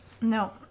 No